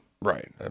Right